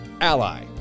Ally